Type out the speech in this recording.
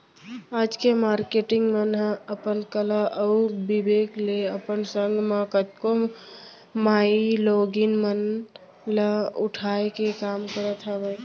आज के मारकेटिंग मन ह अपन कला अउ बिबेक ले अपन संग म कतको माईलोगिन मन ल उठाय के काम करत हावय